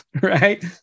right